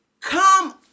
come